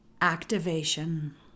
activation